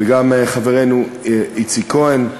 וגם חברנו איציק כהן.